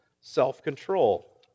self-control